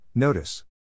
Notice